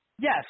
Yes